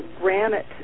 granite